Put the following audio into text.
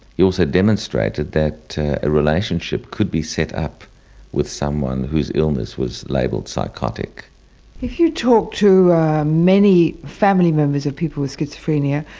he also demonstrated that a relationship could be set up with someone whose illness was labelled psychotic. if you talk to many family members of people with schizophrenia,